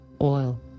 oil